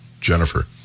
Jennifer